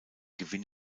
gewinn